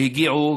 והגיעו,